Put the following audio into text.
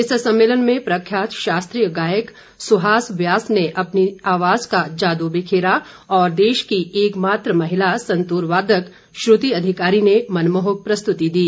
इस सम्मेलन में प्रख्यात शास्त्रीय गायक सुहास व्यास ने अपनी आवाज का जादू बिखेरा और देश की एकमात्र महिला संतूर वादक श्रृति अधिकारी ने मनमोहक प्रस्तुति दी